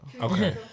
Okay